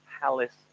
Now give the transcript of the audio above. palace